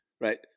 right